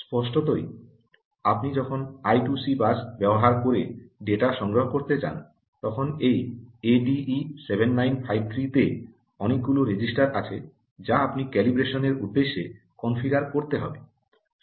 স্পষ্টতই আপনি যখন আই 2 সি বাস ব্যবহার করে ডেটা সংগ্রহ করতে চান তখন এই এডিই 7953 তে অনেকগুলি রেজিস্টার আছে যা আপনি ক্যালিব্রেশন এর উদ্দেশ্যে কনফিগার করতে হবে